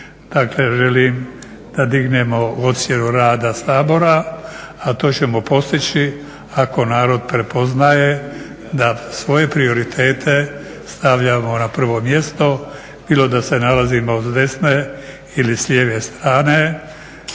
želim da dignemo ocjenu rada Sabora, a to ćemo postići ako narod prepoznaje da svoje prioritete stavljamo na prvo mjesto bilo da se nalazimo s desne ili s lijeve strane